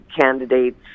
candidates